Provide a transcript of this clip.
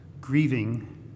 grieving